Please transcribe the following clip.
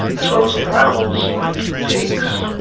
as well as other animals like pigs.